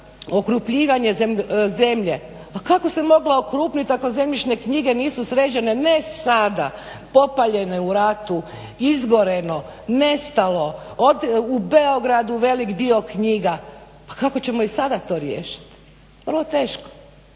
okrupnjivanje zemlje. Pa kako se mogla okrupnit ako zemljišne knjige nisu sređene ne sada popaljene u ratu, izgoreno, nestalo, u Beogradu velik dio knjiga. Pa kako ćemo i sada to riješiti? Vrlo teško.